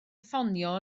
ffonio